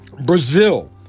Brazil